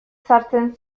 sartzen